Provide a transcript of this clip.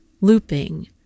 looping